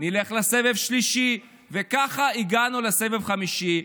נלך לסבב שלישי, וככה הגענו לסבב חמישי.